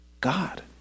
God